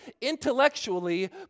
intellectually